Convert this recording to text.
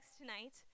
tonight